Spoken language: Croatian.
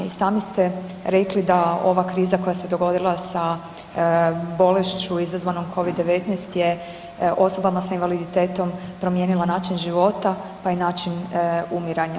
I sami ste rekli da ova kriza koja se dogodila sa bolešću izazvanom Covid-19 je osobama sa invaliditetom promijenila način života pa i način umiranja.